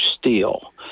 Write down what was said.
steel